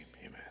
amen